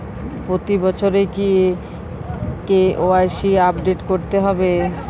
প্রতি বছরই কি কে.ওয়াই.সি আপডেট করতে হবে?